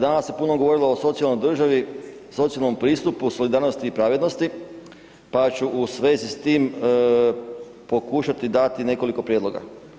Danas se puno govorilo o socijalnoj državi, socijalnom pristupu, solidarnosti i pravednosti pa ću svezi s tim pokušati dati nekoliko prijedloga.